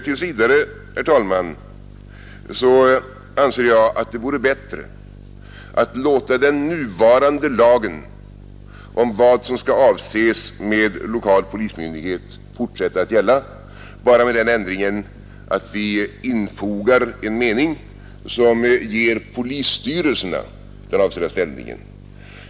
Tills vidare, herr talman, anser jag att det vore bättre att låta den nuvarande lagen om vad som skall avses med lokal polismyndighet fortsätta att gälla bara med den ändringen att vi infogar en mening som ger polisstyrelserna den avsedda ställningen.